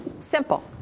Simple